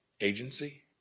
agency